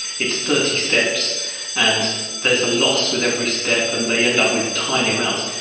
it's thirty steps and there's a loss with every step, and they end up with tiny amounts.